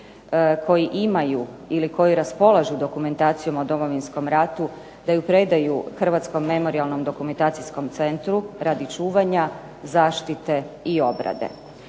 koji imaju ili koji raspolažu dokumentacijom o Domovinskom ratu da ju predaju Hrvatskom memorijalno-dokumentacijskom centru radi čuvanja, zaštite i obrade.